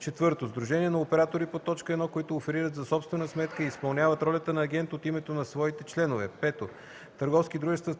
4. сдружения на оператори по т. 1, които оферират за собствена сметка и изпълняват ролята на агент от името на своите членове; 5. търговски дружества